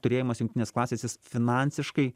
turėjimas jungtinės klasės jis finansiškai